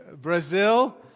Brazil